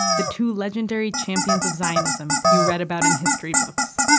the two legendary champions of zionism you read about in history books.